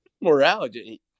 Morality